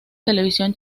televisión